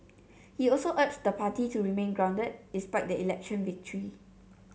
he also urged the party to remain grounded despite the election victory